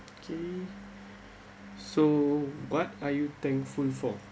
okay so what are you thankful for